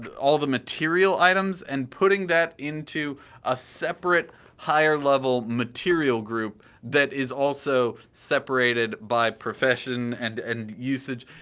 all the material items, and putting that into a seperate higher level material group that is also seperated by profession and and usage.